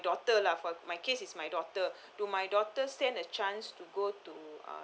daughter lah for my case is my daughter do my daughter stand a chance to go to uh